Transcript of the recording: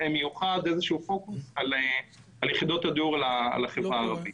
לעשות פוקוס על המגזר הזה.